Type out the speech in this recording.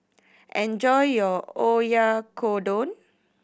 enjoy your Oyakodon